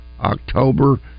October